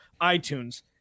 iTunes